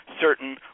certain